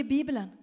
Bible